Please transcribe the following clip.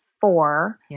four